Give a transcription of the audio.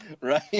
Right